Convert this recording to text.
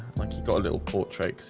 when he's got a little portrait